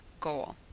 goal